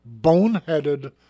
boneheaded